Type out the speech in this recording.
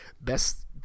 best